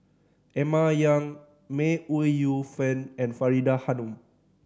Emma Yong May Ooi Yu Fen and Faridah Hanum